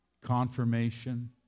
confirmation